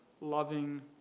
loving